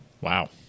Wow